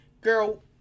girl